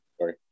Sorry